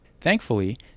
Thankfully